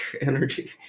energy